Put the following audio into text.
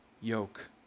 yoke